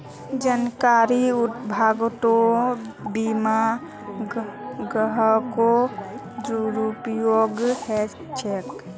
जानकारीर अभाउतो बीमा ग्राहकेर दुरुपयोग ह छेक